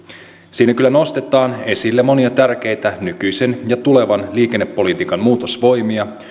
siinä kyllä nostetaan esille monia tärkeitä nykyisen ja tulevan liikennepolitiikan muutosvoimia